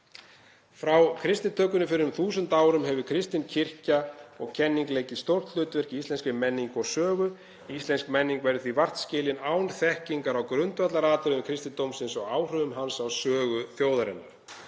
Frá kristnitökunni fyrir um þúsund árum hefur kristin kirkja og kenning leikið stórt hlutverk í íslenskri menningu og sögu. Íslensk menning verður því vart skilin án þekkingar á grundvallaratriðum kristindómsins og áhrifum hans á sögu þjóðarinnar.